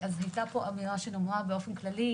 הייתה אמירה שנאמרה באופן כללי,